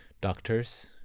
doctors